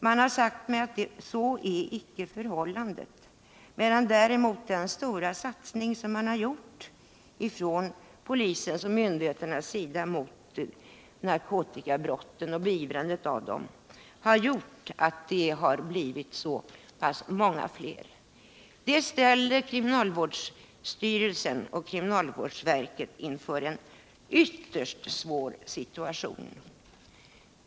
Man har sagt mig att så icke är förhållandet, medan däremot den stora satsning som polisen och myndigheterna har gjort för beivrande av narkotikabrott har medfört att det blivit så många fler intagna. Det ställer kriminalvårdsstyrelsen och kriminalvårdsverket inför en ytterst svår situation.